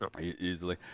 easily